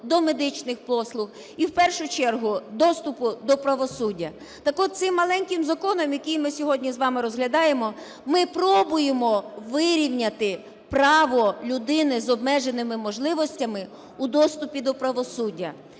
до медичних послуг, і в першу чергу доступу до правосуддя. Так от, цим маленьким законом, який ми сьогодні з вами розглядаємо, ми пробуємо вирівняти право людини з обмеженими можливостями у доступі до правосуддя.